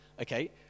Okay